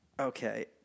okay